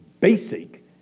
basic